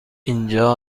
اینجا